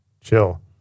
chill